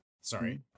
Sorry